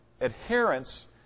adherence